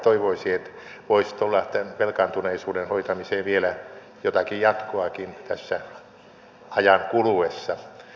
toivoisi että voisi tulla tämän velkaantuneisuuden hoitamiseen vielä jotakin jatkoakin tässä ajan kuluessa